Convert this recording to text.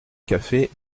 café